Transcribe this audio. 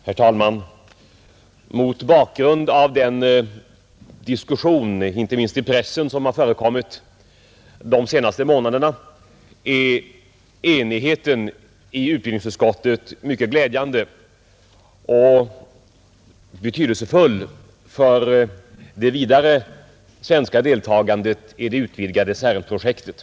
Herr talman! Mot bakgrunden av den diskussion, inte minst i pressen, som har förekommit de senaste månaderna, är enigheten i utbildningsutskottet mycket glädjande och betydelsefull för det vidare svenska deltagandet i det utvidgade CERN-projektet.